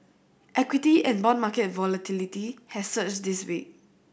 equity and bond market volatility has surged this week